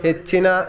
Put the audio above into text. ಹೆಚ್ಚಿನ